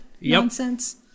nonsense